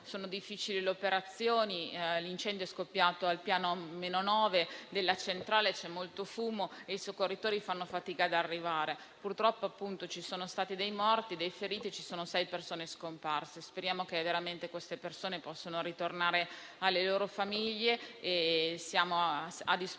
difficili, l'incendio è scoppiato al piano - 9 della centrale, c'è molto fumo e i soccorritori fanno fatica ad arrivare. Purtroppo, ci sono stati dei morti, dei feriti e ci sono sei persone scomparse. Speriamo veramente che queste persone possano ritornare alle loro famiglie e siamo a disposizione